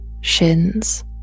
shins